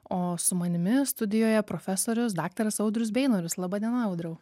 o su manimi studijoje profesorius daktaras audrius beinorius laba diena audriau